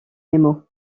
nemo